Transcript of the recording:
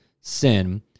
sin